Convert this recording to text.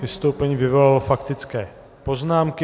Vystoupení vyvolalo faktické poznámky.